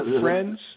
friends